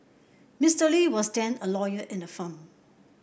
Mister Lee was then a lawyer in the firm